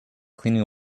cleaning